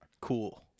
Cool